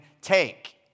take